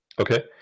Okay